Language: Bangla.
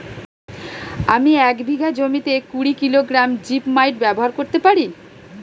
আমি এক বিঘা জমিতে কুড়ি কিলোগ্রাম জিপমাইট ব্যবহার করতে পারি?